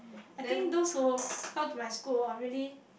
I think those who come to my school really